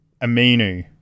Aminu